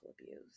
abuse